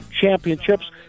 Championships